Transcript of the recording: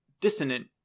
dissonant